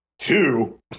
Two